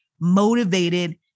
motivated